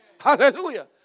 Hallelujah